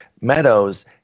Meadows